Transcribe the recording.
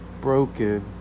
broken